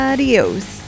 Adios